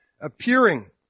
appearing